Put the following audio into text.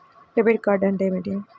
Debit card అంటే ఏమిటి?